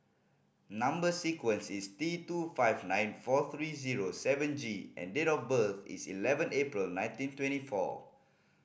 number sequence is T two five nine four three zero seven G and date of birth is eleven April nineteen twenty four